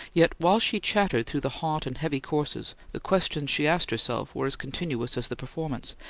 yet, while she chattered through the hot and heavy courses, the questions she asked herself were as continuous as the performance,